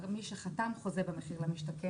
מי שחתם על חוזה במחיר למשתכן,